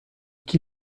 qui